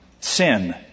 sin